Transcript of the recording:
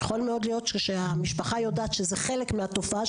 יכול מאוד להיות שהעובדה שהמשפחה יודעת שאלה חלק מתופעות